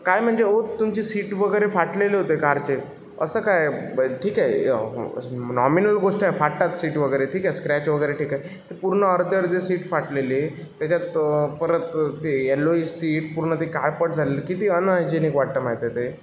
काय म्हणजे अहो तुमची सीट वगैरे फाटलेले होते कारचे असं काय ब ठीक आहे नॉमिनल गोष्ट आहे फाटतात सीट वगैरे ठीक आहे स्क्रॅच वगैरे ठीक आहे पूर्ण अर्धी अर्धी सीट फाटलेली त्याच्यात परत ते येल्लोइस सीट पूर्ण ते काळपट झालेलं किती अनहायजेनिक वाटतं माहीत आहे ते